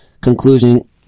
conclusion